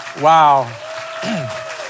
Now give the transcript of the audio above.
Wow